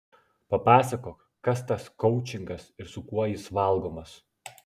papasakok kas tas koučingas ir su kuo jis valgomas